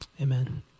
Amen